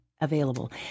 available